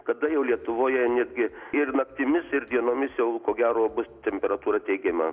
kada jau lietuvoje netgi ir naktimis ir dienomis jau ko gero bus temperatūra teigiama